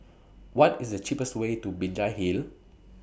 What IS The cheapest Way to Binjai Hill